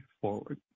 forward